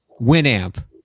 winamp